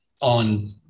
on